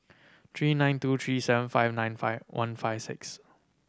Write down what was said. three nine two three seven five nine five one five six